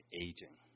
aging